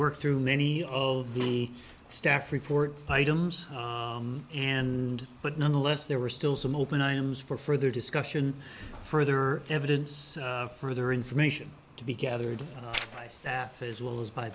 worked through many of the staff report items and but nonetheless there were still some open items for further discussion further evidence further information to be gathered by staff as well as by